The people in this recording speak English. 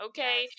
Okay